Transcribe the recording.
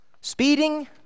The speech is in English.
Speeding